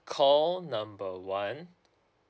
call number one